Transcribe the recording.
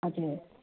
हजुर